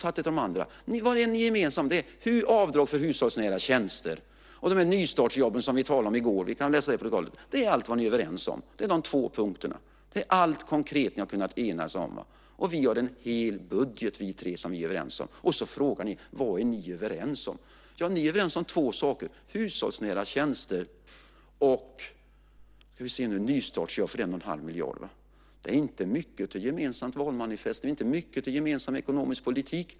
Det är avdrag för hushållsnära tjänster och de här nystartsjobben som vi talade om i går. Vi kan läsa i protokollen. Det är allt som ni är överens om. Det är de två punkterna. Det är allt konkret ni har kunnat enas om. Vi tre har en hel budget som vi är överens om. Och så frågar ni: Vad är ni överens om? Ni är överens om två saker: Hushållsnära tjänster och nystartsjobb för 1 1⁄2 miljard. Det är inte mycket till gemensamt valmanifest. Det är inte mycket till gemensam ekonomisk politik.